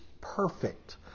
perfect